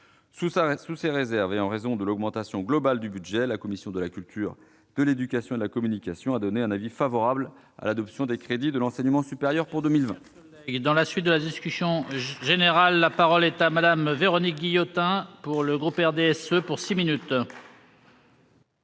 Sous ces réserves, et en raison de l'augmentation globale du budget, la commission de la culture, de l'éducation et de la communication a émis un avis favorable à l'adoption des crédits de la mission « Recherche et enseignement supérieur » pour 2020.